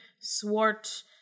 swart